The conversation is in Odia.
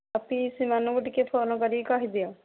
ଆଉ ପିଇସୀମାନଙ୍କୁ ଟିକିଏ ଫୋନ୍ କରିକି କହିଦିଅ